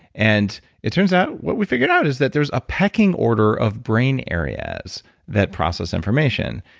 and it turns out what we figured out is that there's a pecking order of brain areas that process information.